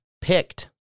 picked